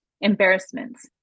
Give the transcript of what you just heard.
embarrassments